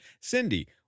Cindy